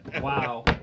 Wow